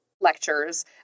lectures